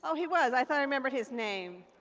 oh, he was. i thought i remembered his name.